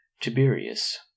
Tiberius